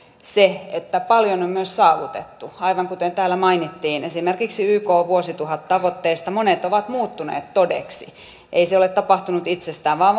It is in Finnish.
se että paljon on myös saavutettu aivan kuten täällä mainittiin esimerkiksi ykn vuosituhattavoitteista monet ovat muuttuneet todeksi ei se ole tapahtunut itsestään vaan